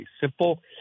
simple